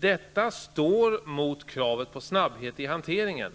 Detta intresse står mot kravet på snabbhet i hanteringen.